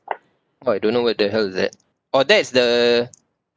oh I don't know what the hell is that oh that is the